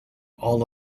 all